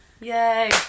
Yay